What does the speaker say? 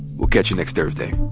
we'll catch you next thursday